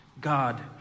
God